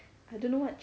I don't know what